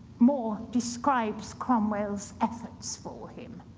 more describes cromwell's efforts for him.